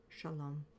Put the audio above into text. shalom